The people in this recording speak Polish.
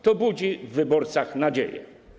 To budzi w wyborcach nadzieję.